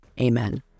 Amen